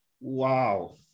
wow